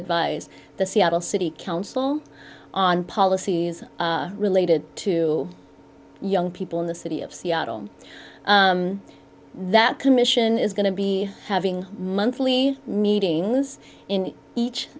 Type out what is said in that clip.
advise the seattle city council on policies related to young people in the city of seattle that commission is going to be having monthly meetings in each